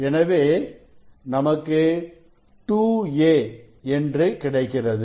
எனவே நமக்கு 2a என்று கிடைக்கிறது